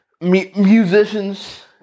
musicians